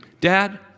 dad